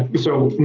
so